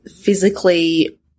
physically